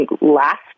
last